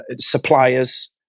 suppliers